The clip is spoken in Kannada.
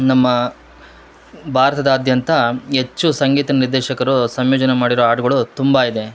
ನಮ್ಮ ಭಾರತದಾದ್ಯಂತ ಹೆಚ್ಚು ಸಂಗೀತ ನಿರ್ದೇಶಕರು ಸಂಯೋಜನೆ ಮಾಡಿರೋ ಹಾಡುಗಳು ತುಂಬಾ ಇದೆ